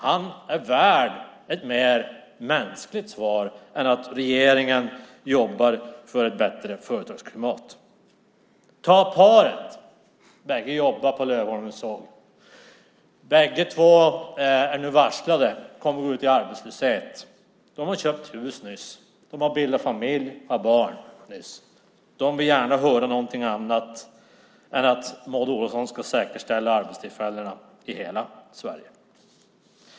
Han är värd ett mer mänskligt svar än att regeringen jobbar för ett bättre företagsklimat. Ta paret där bägge jobbar på Lövholmens såg. Bägge två är nu varslade och kommer att gå ut i arbetslöshet. De har köpt hus nyss. De har bildat familj och fått barn nyss. De vill gärna höra något annat än att Maud Olofsson ska säkerställa arbetstillfällena i hela Sverige.